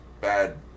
bad